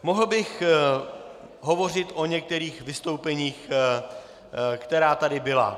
Mohl bych hovořit o některých vystoupeních, která tady byla.